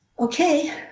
okay